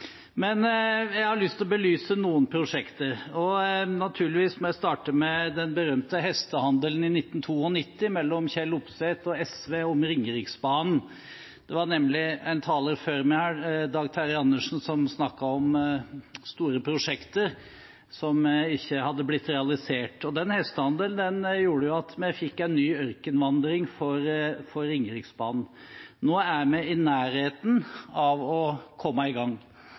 Jeg har lyst til å belyse noen prosjekter, og naturligvis må jeg starte med den berømte hestehandelen i 1992 mellom Kjell Opseth og SV om Ringeriksbanen. Det var nemlig en taler før meg her, Dag Terje Andersen, som snakket om store prosjekter som ikke hadde blitt realisert. Den hestehandelen gjorde jo at vi fikk en ny ørkenvandring for Ringeriksbanen. Nå er vi i nærheten av å komme i gang.